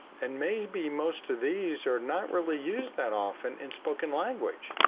and maybe most of these are not really used that often in spoken language,